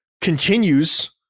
continues